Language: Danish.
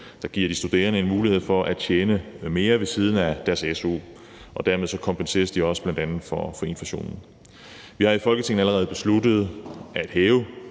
giver vi de studerende en mulighed for at tjene mere ved siden af deres su, og dermed kompenseres de også bl.a. for inflationen. Vi har i Folketinget allerede besluttet at hæve